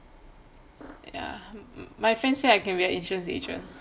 ya my friend say I can be a insurance agent